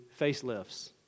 facelifts